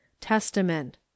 Testament